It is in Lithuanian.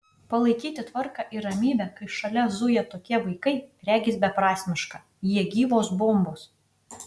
palaikyti tvarką ir ramybę kai šalia zuja tokie vaikai regis beprasmiška jie gyvos bombos